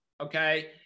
okay